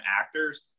actors